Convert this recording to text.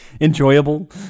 Enjoyable